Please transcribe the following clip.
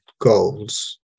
goals